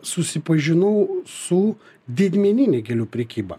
susipažinau su didmenine gėlių prekyba